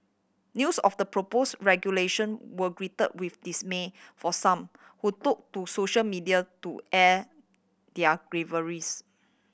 news of the propose regulation were greet with dismay for some who took to social media to air their